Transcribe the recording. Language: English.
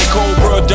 Cobra